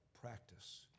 practice